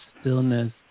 stillness